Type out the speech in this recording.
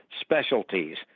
specialties